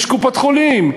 יש קופות-חולים,